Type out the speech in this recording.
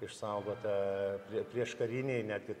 išsaugota prieškariniai netgi